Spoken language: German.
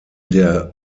der